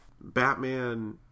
Batman